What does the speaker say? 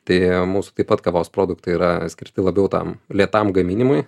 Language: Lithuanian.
tai mūsų taip pat kavos produktai yra skirti labiau tam lėtam gaminimui